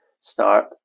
start